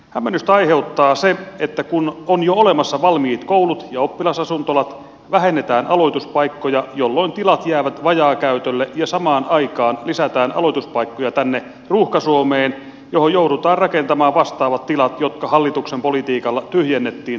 hämmennystä aiheuttaa se että kun on jo olemassa valmiit koulut ja oppilasasuntolat vähennetään aloituspaikkoja jolloin tilat jäävät vajaakäytölle ja samaan aikaan lisätään aloituspaikkoja tänne ruuhka suomeen johon joudutaan rakentamaan vastaavat tilat jotka hallituksen politiikalla tyhjennettiin tuolta maaseudulta